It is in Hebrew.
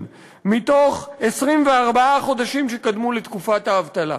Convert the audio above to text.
מתוך 24 החודשים שקדמו לתקופת האבטלה.